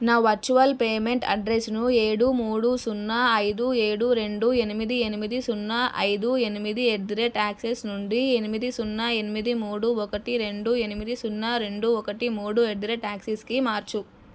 నా virtual payment అడ్రెస్సుని ఏడు మూడు సున్నా ఐదు ఏడు రెండు ఎనిమిది ఎనిమిది సున్నా ఐదు ఎనిమిది ఎట్ ది రేట్ యాక్సిస్ నుండి ఎనిమిది సున్నా ఎనిమిది మూడు ఒకటి రెండు ఎనిమిది సున్నా రెండు ఒకటి మూడు ఎట్ ది రేట్ యాక్సిస్కి మార్చు